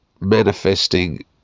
manifesting